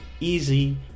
easy